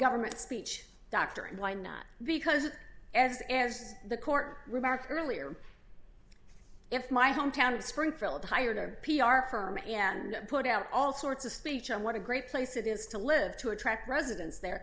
government speech dr and why not because as as the court remarked earlier if my hometown of springfield hired her p r firm and put out all sorts of speech on what a great place it is to live to attract residents there